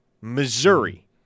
Missouri